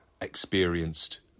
experienced